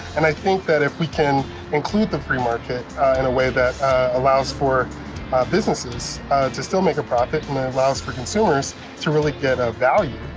and i think that if we can include the free market in a way that allows for businesses to still make a profit, and ah allows for consumers to really get ah a value,